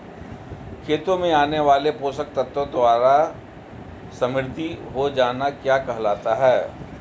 खेतों में आने वाले पोषक तत्वों द्वारा समृद्धि हो जाना क्या कहलाता है?